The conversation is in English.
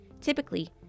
Typically